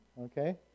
Okay